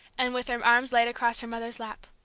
and with her arms laid across her mother's lap.